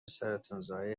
سرطانزای